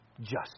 justice